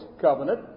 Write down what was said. Covenant